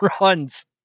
runs